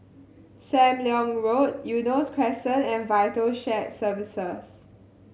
Sam Leong Road Eunos Crescent and Vital Shared Services